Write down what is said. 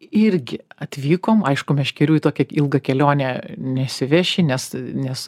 irgi atvykom aišku meškerių į tokią ilgą kelionę nesiveši nes nes